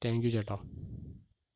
thank you ചേട്ടാ